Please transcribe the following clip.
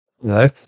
hello